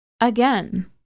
again